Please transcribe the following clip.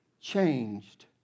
changed